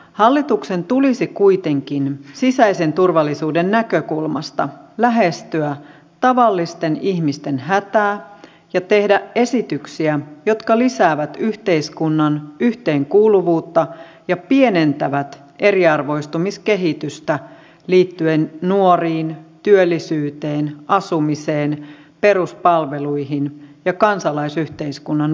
hallituksen tulisi kuitenkin sisäisen turvallisuuden näkökulmasta lähestyä tavallisten ihmisten hätää ja tehdä esityksiä jotka lisäävät yhteiskunnan yhteenkuuluvuutta ja pienentävät eriarvoistumiskehitystä liittyen nuoriin työllisyyteen asumiseen peruspalveluihin ja kansalaisyhteiskunnan vahvistamiseen